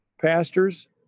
pastors